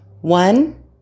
One